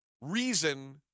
reason